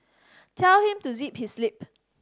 tell him to zip his lip